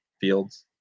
Fields